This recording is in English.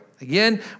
Again